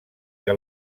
que